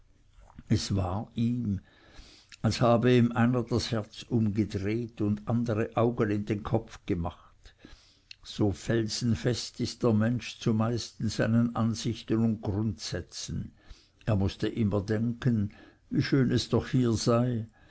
es war als habe ihm einer das herz umgedreht und andere augen in den kopf gemacht so felsenfest ist der mensch zumeist in seinen ansichten und grundsätzen er mußte immer denken wie schön es doch hier sei